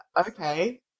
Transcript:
okay